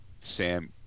Sam